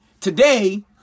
today